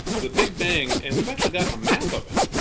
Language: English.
the big bang, and we've actually gotten a map of it.